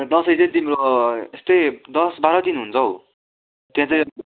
दसैँ चाहिँ तिम्रो यस्तै दस बाह्र दिन हुन्छ हौ त्यहाँ चाहिँ